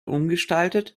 umgestaltet